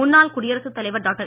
முன்னாள் குடியரசுத் தலைவர் டாக்டர்